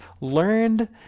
learned